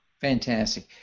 Fantastic